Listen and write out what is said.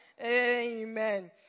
Amen